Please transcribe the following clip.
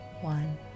one